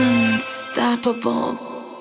Unstoppable